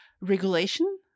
regulation